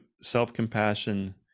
self-compassion